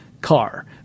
car